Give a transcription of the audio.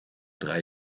drei